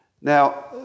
Now